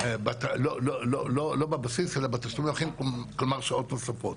לא בבסיס אלא בשעות נוספות.